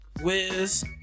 Wiz